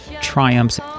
triumphs